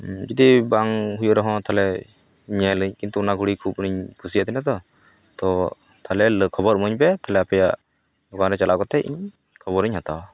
ᱡᱩᱫᱤ ᱵᱟᱝ ᱦᱩᱭᱩᱜ ᱨᱮᱦᱚᱸ ᱛᱟᱦᱚᱞᱮ ᱧᱮᱞᱟᱹᱧ ᱠᱤᱱᱛᱩ ᱚᱱᱟ ᱜᱷᱚᱲᱤ ᱠᱷᱩᱵᱽ ᱤᱧ ᱠᱩᱥᱤᱣᱟᱜ ᱛᱟᱦᱮᱱᱟ ᱛᱚ ᱛᱚ ᱛᱟᱦᱚᱞᱮ ᱠᱷᱚᱵᱚᱨ ᱮᱢᱟᱹᱧ ᱯᱮ ᱛᱟᱦᱚᱞᱮ ᱟᱯᱮᱭᱟᱜ ᱫᱚᱠᱟᱱ ᱪᱟᱞᱟᱣ ᱠᱟᱛᱮ ᱤᱧ ᱠᱷᱚᱵᱚᱨᱤᱧ ᱦᱟᱛᱟᱣᱟ